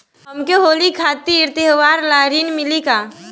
हमके होली खातिर त्योहार ला ऋण मिली का?